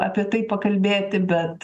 apie tai pakalbėti bet